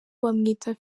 bamwita